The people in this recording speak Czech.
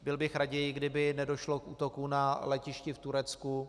Byl bych raději, kdyby nedošlo k útoku na letišti v Turecku.